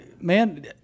man